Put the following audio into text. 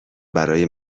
برای